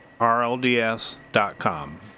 rlds.com